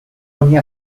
ogni